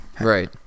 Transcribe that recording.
Right